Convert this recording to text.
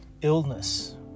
Illness